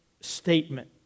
statement